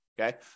Okay